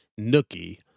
Nookie